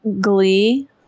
Glee